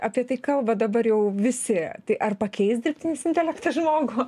apie tai kalba dabar jau visi tai ar pakeis dirbtinis intelektas žmogų